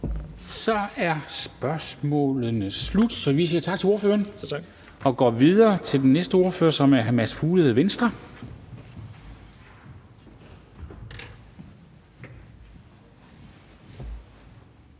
Så er spørgsmålet slut. Så vi siger tak til ordføreren og går videre til den næste ordfører, som er hr. Mads Fuglede, Venstre.